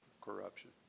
corruption